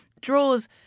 draws